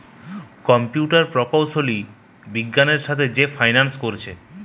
computer প্রকৌশলী বিজ্ঞানের সাথে যে ফাইন্যান্স করতিছে